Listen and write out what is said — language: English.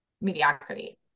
mediocrity